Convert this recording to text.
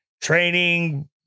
training